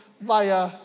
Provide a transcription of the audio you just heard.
via